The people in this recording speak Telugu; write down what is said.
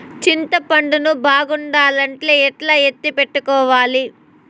చింతపండు ను బాగుండాలంటే ఎట్లా ఎత్తిపెట్టుకోవాలి?